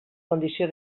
condició